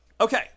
Okay